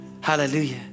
Hallelujah